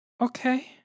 okay